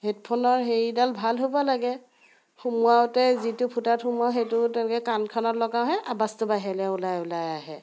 হেডফোনৰ হেইডাল ভাল হ'ব লাগে সোমোৱাওঁতে যিটো ফুটাত সোমাওঁ সেইটো তেনেকৈ কাণখনত লগাওঁহে আৱাজটো বাহিৰলৈ ওলাই ওলাই আহে